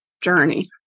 journey